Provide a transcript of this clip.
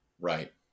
Right